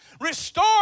restore